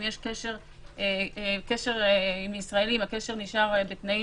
אם יש קשר עם ישראלים אם הוא נשאר בתנאים